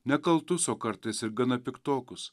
nekaltus o kartais ir gana piktokus